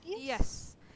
Yes